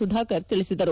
ಸುಧಾಕರ್ ತಿಳಿಸಿದರು